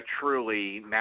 truly